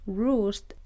roost